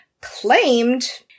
claimed